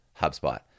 HubSpot